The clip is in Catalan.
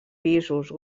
pisos